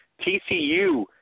TCU